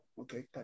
Okay